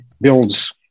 builds